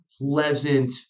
pleasant